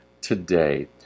today